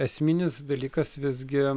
esminis dalykas visgi